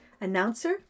announcer